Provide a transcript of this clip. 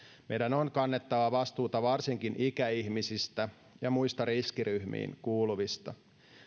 meidän on kannettava vastuuta varsinkin ikäihmisistä ja muista riskiryhmiin kuuluvista